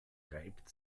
reibt